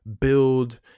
build